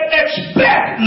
expect